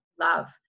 love